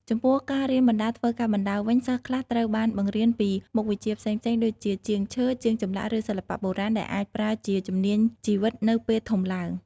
ចំពោះការរៀនបណ្ដើរធ្វើការបណ្ដើរវិញ សិស្សខ្លះត្រូវបានបង្រៀនពីមុខវិជ្ជាផ្សេងៗដូចជាជាងឈើ ជាងចម្លាក់ឬសិល្បៈបុរាណដែលអាចប្រើជាជំនាញជីវិតនៅពេលធំឡើង។